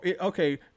okay